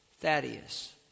Thaddeus